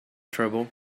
trouble